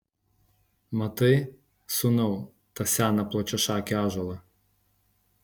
matai sūnau tą seną plačiašakį ąžuolą